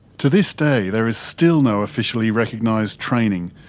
to this day, there is still no officially recognised training,